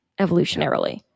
evolutionarily